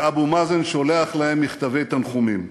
ואבו מאזן שולח למשפחותיהם מכתבי תנחומים.